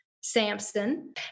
Samson